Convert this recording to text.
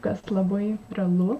kas labai realu